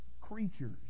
creatures